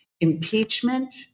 Impeachment